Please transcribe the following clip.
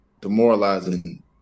demoralizing